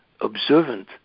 observant